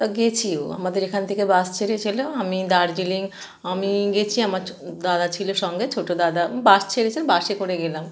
তা গেছিও আমাদের এখান থেকে বাস ছেড়েছিলো আমি দার্জিলিং আমি গেছি আমার ছো দাদা ছিলো সঙ্গে ছোটো দাদা বাস ছেড়েছে বাসে করে গেলাম